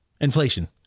inflation